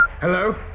Hello